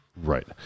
Right